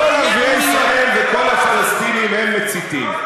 שמשמעותה שכל ערביי ישראל וכל הפלסטינים הם מציתים.